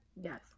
Yes